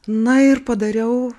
na ir padariau